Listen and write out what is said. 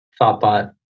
thoughtbot